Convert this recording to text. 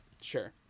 sure